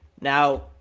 Now